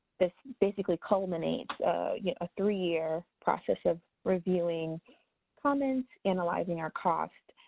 this basically culminates yeah a three year process of reviewing comments, analyzing our costs.